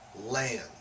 land